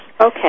okay